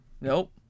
nope